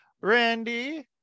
randy